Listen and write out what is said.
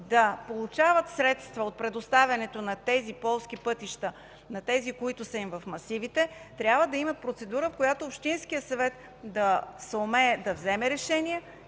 да получават средства от предоставянето на полските пътища на тези, които са им в масивите, трябва да има процедура, в която общинският съвет да съумее да вземе решение